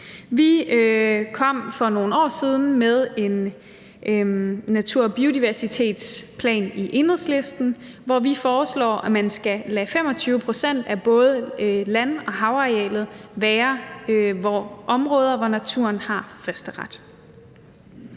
for nogle år siden med en natur- og biodiversitetsplan, hvor vi foreslog, at man skal lade 25 pct. af både land- og havarealet være områder, hvor naturen har førsteret.